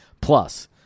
Plus